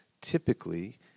typically